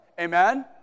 amen